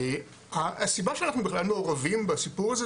הסיבה שאנחנו בכלל מעורבים בסיפור הזה,